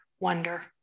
wonder